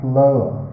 lower